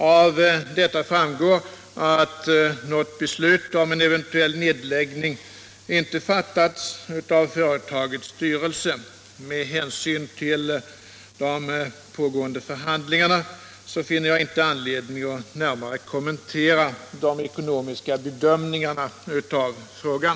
Av det sagda framgår att något beslut om en eventuell nedläggning inte fattats av företagets styrelse. Med hänsyn till de pågående förhandlingarna finner jag inte anledning att närmare kommentera de ekonomiska bedömningarna av frågan.